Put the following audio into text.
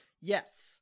Yes